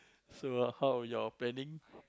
so how are your planning